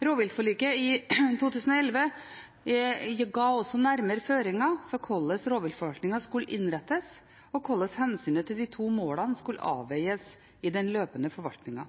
Rovviltforliket i 2011 ga også nærmere føringer for hvordan rovviltforvaltningen skulle innrettes, og hvordan hensynet til de to målene skulle avveies i den løpende forvaltningen.